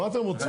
מה אתם רוצים?